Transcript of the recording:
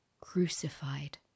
crucified